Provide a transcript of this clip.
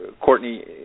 Courtney